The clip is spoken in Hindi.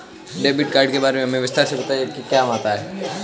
डेबिट कार्ड के बारे में हमें विस्तार से बताएं यह क्या काम आता है?